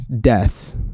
death